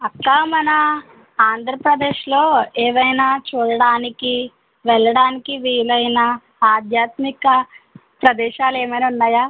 అక్క మన ఆంధ్రప్రదేశ్లో ఏవైనా చూడడానికి వెళ్ళడానికి వీలైన ఆధ్యాత్మిక ప్రదేశాలు ఏమైనా ఉన్నాయా